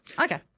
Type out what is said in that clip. Okay